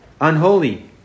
unholy